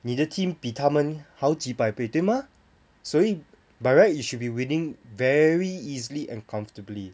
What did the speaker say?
你的 team 比他们好几百倍对吗所以 by right you should be winning very easily and comfortably